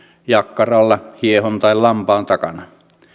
jakkaralla hiehon tai lampaan takana